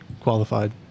qualified